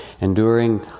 enduring